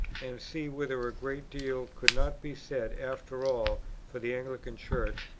and see, whether a great deal could not be said after all for the anglican church,